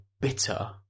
bitter